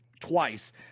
twice